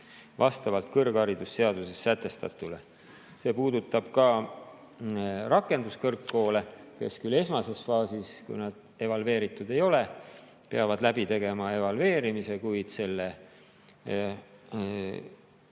vastavalt kõrgharidusseaduses sätestatule. See puudutab ka rakenduskõrgkoole, kes küll esmases faasis, kui nad evalveeritud ei ole, peavad läbi tegema evalveerimise, kuid selle